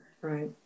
Right